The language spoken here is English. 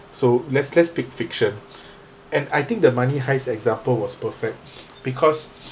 so let's let's speak fiction and I think the money heist example was perfect because